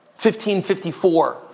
1554